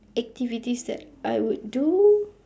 activities that I would do